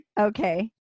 Okay